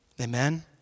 Amen